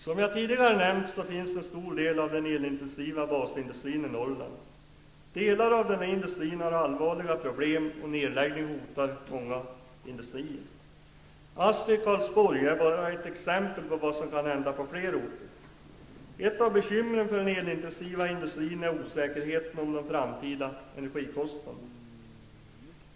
Som jag tidigare nämnt finns en stor del av den elintensiva basindustrin i Norrland. Delar av den här industrin har allvarliga problem, och nedläggning hotar många industrier. ASSI i Karlsborg är bara ett exempel på vad som kan hända på fler orter. Ett av bekymren för den elintensiva industrin är osäkerheten om de framtida energikostnaderna.